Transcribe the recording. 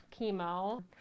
chemo